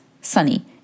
sunny